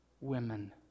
women